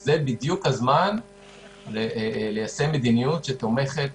זה בדיוק הזמן ליישם מדיניות שתומכת